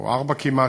או ארבע כמעט,